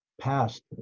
passed